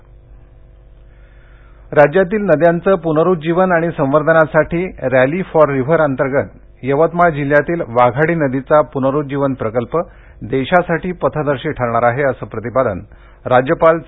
वाघाडी पुनरुज्जीवन राज्यातील नद्यांचं पुनरुज्जीवन आणि संवर्धनासाठी रॅली फॉर रिव्हर अंतर्गत यवतमाळ जिल्ह्यातील वाघाडी नदीचा पुनरुज्जीवन प्रकल्प देशासाठी पथदर्शी ठरणार आहे असं प्रतिपादन राज्यपाल चे